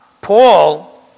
Paul